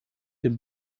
dem